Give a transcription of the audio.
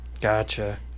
Gotcha